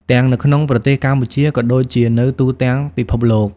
ទាំងនៅក្នុងប្រទេសកម្ពុជាក៏ដូចជានៅទូទាំងពិភពលោក។